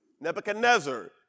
Nebuchadnezzar